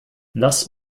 lass